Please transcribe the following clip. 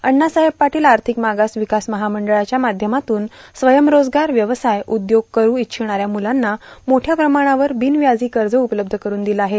अण्णासाहेब पाटील आर्थिक मागास विकास महामंडळाच्या माध्यमातून स्वयंरोजगार व्यवसाय उद्योग करू इच्छिणाऱ्या मुलांना मोठ्या प्रमाणावर बिनव्याजी कर्ज उपलब्ध करून दिले आहे